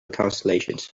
constellations